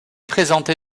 présenté